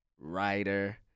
writer